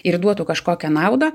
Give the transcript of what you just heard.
ir duotų kažkokią naudą